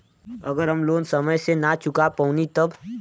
अगर हम लोन समय से ना चुका पैनी तब?